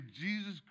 Jesus